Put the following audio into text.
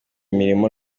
imirimo